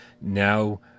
Now